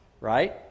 right